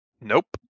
Nope